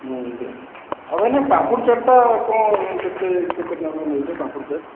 ଆଉ ଭାଇନା ପାମ୍ପୁଡ଼ି ଚାଟ୍ଟା କ'ଣ କେତେ କେତେ ଟଙ୍କା କଁ ନେଉଛି ପାମ୍ପୁଡ଼ି ଚାଟ୍